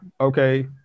okay